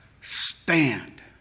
stand